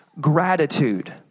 gratitude